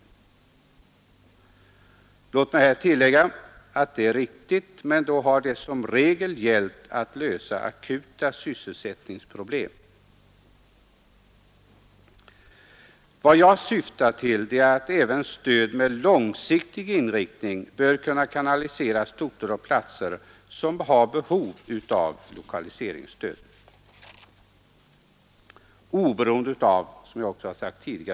Det är riktigt. Men låt mig här tillägga att då har det som regel gällt att lösa akuta sysselsättningsproblem. Vad jag syftar till är att även stöd med långsiktig inriktning bör kunna kanaliseras till orter och platser som har behov av lokaliseringsstöd, oberoende av var inom landet de är belägna.